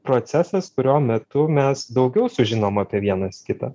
procesas kurio metu mes daugiau sužinom apie vienas kitą